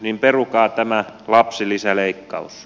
perukaa tämä lapsilisäleikkaus